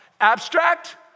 Abstract